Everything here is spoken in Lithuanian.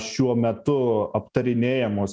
šiuo metu aptarinėjamos